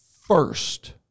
first